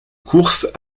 course